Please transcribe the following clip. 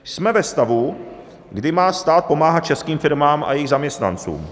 Jsme ve stavu, kdy má stát pomáhat českým firmám a jejich zaměstnancům.